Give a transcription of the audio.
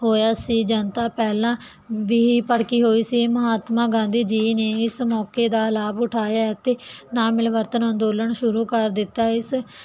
ਹੋਇਆ ਸੀ ਜਨਤਾ ਪਹਿਲਾਂ ਵੀ ਭੜਕੀ ਹੋਈ ਸੀ ਮਹਾਤਮਾ ਗਾਂਧੀ ਜੀ ਨੇ ਇਸ ਮੌਕੇ ਦਾ ਲਾਭ ਉਠਾਇਆ ਤੇ ਨਾ ਮਿਲਵਰਤਨ ਅੰਦੋਲਨ ਸ਼ੁਰੂ ਕਰ ਦਿੱਤਾ ਇਸ